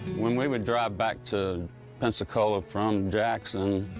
when we would drive back to pensacola from jackson,